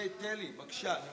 תן לי, בבקשה.